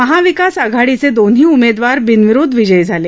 महाविकास आघाडीचे दोन्ही उमेदवार बिनविरोध विजयी झाले